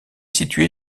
situé